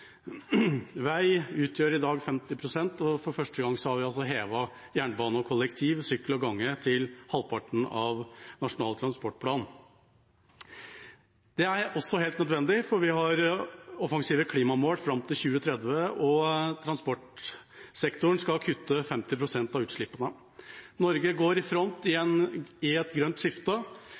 sykkel og gange til halvparten av Nasjonal transportplan. Det er også helt nødvendig, for vi har offensive klimamål fram mot 2030, og transportsektoren skal kutte 50 pst. av utslippene. Norge går i front i et grønt skifte.